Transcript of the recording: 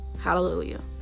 Hallelujah